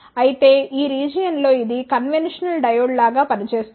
అయితే ఈ రీజియన్ లో ఇది కన్వెన్షనల్ డయోడ్ లాగా పని చేస్తుంది